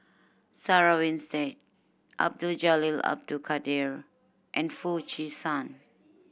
Sarah Winstedt Abdul Jalil Abdul Kadir and Foo Chee San